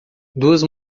duas